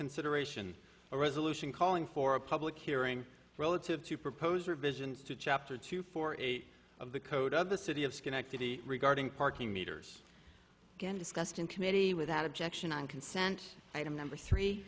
consideration a resolution calling for a public hearing relative to propose revisions to chapter two four eight of the code of the city of schenectady regarding parking meters again discussed in committee without objection on consent item number three